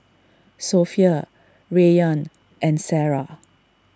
Sofea Rayyan and Sarah